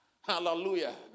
Hallelujah